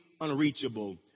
unreachable